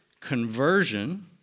conversion